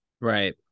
Right